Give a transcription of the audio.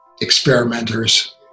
experimenters